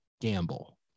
gamble